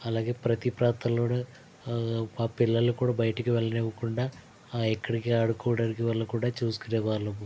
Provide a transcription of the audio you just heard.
అలాగే ప్రతి ప్రాంతాలోనూ ఆ పిల్లల్ని కూడా బయటికి వెళ్ళనివ్వకుండా ఎక్కడికీ ఆడుకోవడానికి వెళ్ళకుండా చూసుకునేవాళ్ళం